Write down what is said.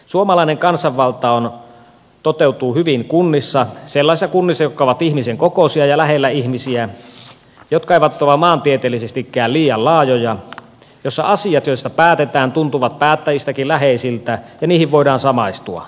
suomalainen kansanvalta toteutuu hyvin kunnissa sellaisissa kunnissa jotka ovat ihmisen kokoisia ja lähellä ihmisiä jotka eivät ole maantieteellisestikään liian laajoja joissa asiat joista päätetään tuntuvat päättäjistäkin läheisiltä ja niihin voidaan samaistua